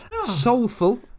Soulful